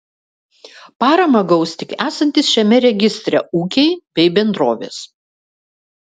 paramą gaus tik esantys šiame registre ūkiai bei bendrovės